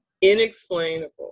inexplainable